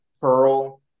pearl